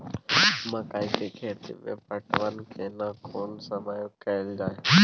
मकई के खेती मे पटवन केना कोन समय कैल जाय?